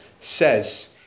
says